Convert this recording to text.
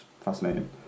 Fascinating